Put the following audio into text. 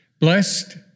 Blessed